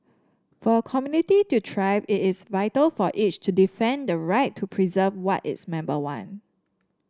for a community to thrive it is vital for each to defend the right to preserve what its member want